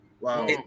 Wow